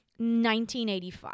1985